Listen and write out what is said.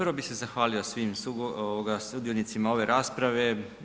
Prvo bih se zahvalio svim sudionicima ove rasprave.